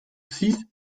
six